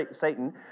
Satan